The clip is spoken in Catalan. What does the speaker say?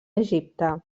egipte